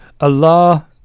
Allah